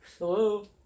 Hello